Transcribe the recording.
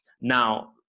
Now